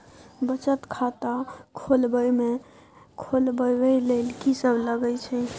बचत खाता खोलवैबे ले ल की सब लगे छै?